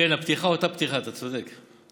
כן, הפתיחה אותה פתיחה, אתה צודק.